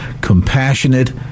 compassionate